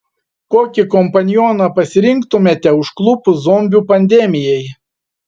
kokį kompanioną pasirinktumėte užklupus zombių pandemijai